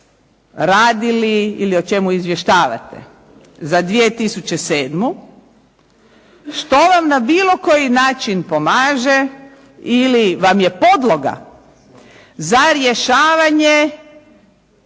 radili ili o čemu izvještavate za 2007., što vam na bilo koji način pomaže ili vam je podloga za rješavanje